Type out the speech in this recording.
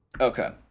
Okay